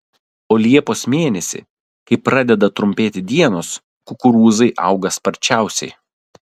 o liepos mėnesį kai pradeda trumpėti dienos kukurūzai auga sparčiausiai